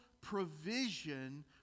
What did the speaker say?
provision